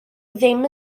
ddim